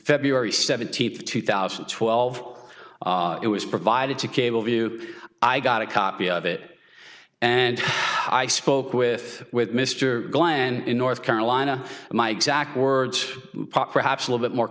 february seventeenth two thousand and twelve it was provided to cable view i got a copy of it and i spoke with with mr glen in north carolina my exact words perhaps a little bit more